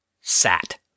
sat